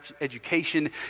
education